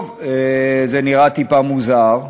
טוב, זה נראה טיפה מוזר,